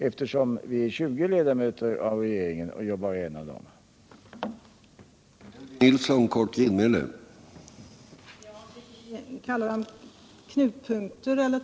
Vi är dock 20 ledamöter av regeringen som skall arbeta med denna fråga, och jag är bara en av dem.